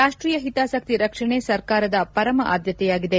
ರಾಷ್ಷೀಯ ಹಿತಾಸಕ್ತಿ ರಕ್ಷಣೆ ಸರ್ಕಾರದ ಪರಮ ಆದ್ಲತೆಯಾಗಿದೆ